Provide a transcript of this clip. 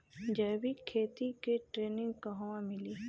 जैविक खेती के ट्रेनिग कहवा मिली?